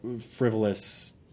frivolous